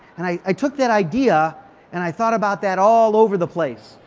and i took that idea and i thought about that all over the place.